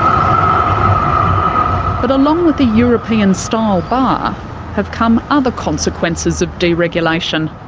um but along with the european-style bar have come other consequences of deregulation.